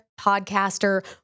podcaster